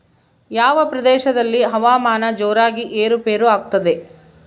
ಯಾವ ಪ್ರದೇಶಗಳಲ್ಲಿ ಹವಾಮಾನ ಜೋರಾಗಿ ಏರು ಪೇರು ಆಗ್ತದೆ?